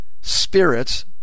spirits